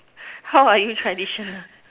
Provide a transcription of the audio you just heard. how are you tradition